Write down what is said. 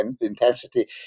intensity